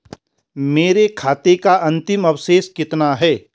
मेरे खाते का अंतिम अवशेष कितना है?